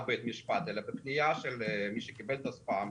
בית משפט אלא בפנייה של מי שקיבל את הספאם,